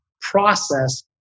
process